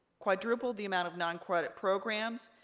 quadrupled the amount of non-credit programs,